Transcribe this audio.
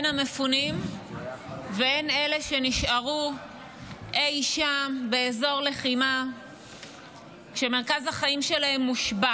הן המפונים והן אלה שנשארו אי שם באזור לחימה כשמרכז החיים שלהם מושבת.